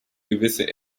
gewisse